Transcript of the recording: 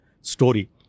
story